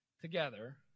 together